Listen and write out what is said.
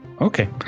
Okay